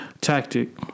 tactic